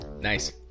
Nice